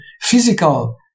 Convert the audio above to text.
physical